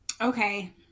Okay